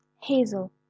hazel